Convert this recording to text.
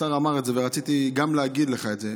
השר אמר את זה ורציתי גם להגיד לך את זה,